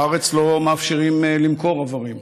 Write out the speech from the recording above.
בארץ לא מאפשרים למכור איברים.